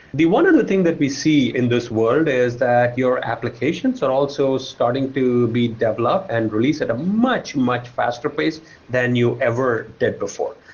the one other thing that we see in this world is that your applications are also starting to be developed and released at a much, much faster pace than you ever did before.